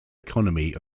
economy